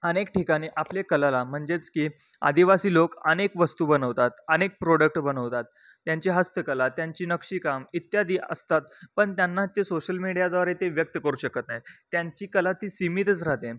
अनेक ठिकाणी आपले कलेला म्हणजेच की आदिवासी लोक अनेक वस्तू बनवतात अनेक प्रोडक्ट बनवतात त्यांची हस्तकला त्यांची नक्षीकाम इत्यादी असतात पण त्यांना ते सोशल मीडियाद्वारे ते व्यक्त करू शकत नाही त्यांची कला ती सीमितच राहते